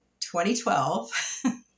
2012